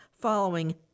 following